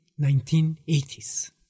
1980s